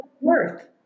worth